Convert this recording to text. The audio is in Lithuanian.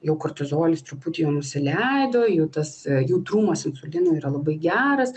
jau kortizolis truputį jau nusileido jau tas jautrumas insulinui yra labai geras